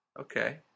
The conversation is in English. Okay